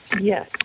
yes